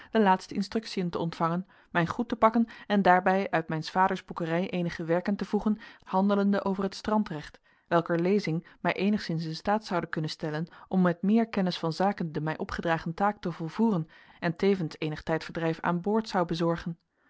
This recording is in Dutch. de laatste instructiën te ontvangen mijn goed te pakken en daarbij uit mijns vaders boekerij eenige werken te voegen handelende over het strandrecht welker lezing mij eenigszins in staat zoude kunnen stellen om met meer kennis van zaken de mij opgedragen taak te volvoeren en tevens eenig tijdverdrijf aan boord zou bezorgen